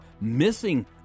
missing